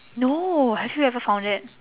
no have you ever found it